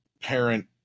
parent